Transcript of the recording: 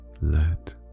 let